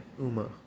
Uma